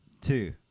Two